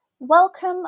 Welcome